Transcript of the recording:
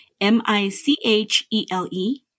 M-I-C-H-E-L-E